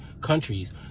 countries